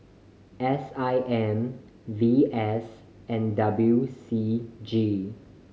S I M V S and W C G